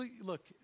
look